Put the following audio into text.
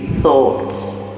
thoughts